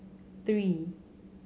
three